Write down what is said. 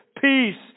Peace